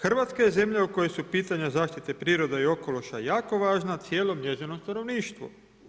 Hrvatska je zemlja u kojoj su pitanja zaštite prirode i okoliša jako važna cijelom njezinom stanovništvu.